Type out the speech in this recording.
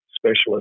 specialist